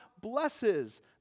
blesses